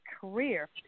career